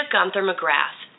Gunther-McGrath